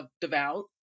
devout